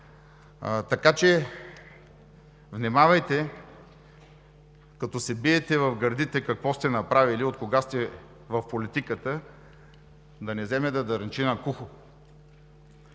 Така че внимавайте, като се биете в гърдите – какво сте направили, откога сте в политиката, да не вземе да дрънчи на кухо.